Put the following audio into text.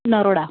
Naroda